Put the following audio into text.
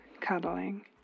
Cuddling